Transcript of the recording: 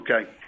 Okay